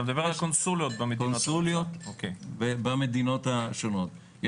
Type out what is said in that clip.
אני מדבר על הקונסוליות במדינות השונות.